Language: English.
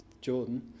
Jordan